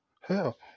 Hell